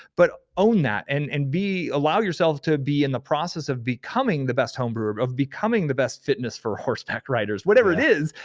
but own that and and allow yourself to be in the process of becoming the best homebrewer, of becoming the best fitness for horseback riders, whatever it is,